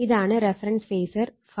ഇതാണ് reference phasor ∅